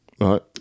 Right